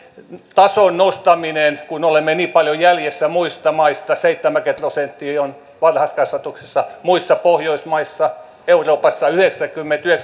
tason nostaminen kun olemme niin paljon jäljessä muista maista seitsemänkymmentä prosenttia on varhaiskasvatuksessa muissa pohjoismaissa euroopassa yhdeksänkymmentä